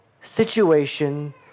situation